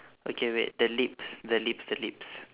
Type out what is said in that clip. okay wait the lips the lips the lips